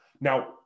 Now